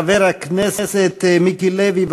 חבר הכנסת מיקי לוי,